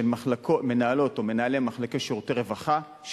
מנהלות או מנהלי מחלקות שירותי רווחה,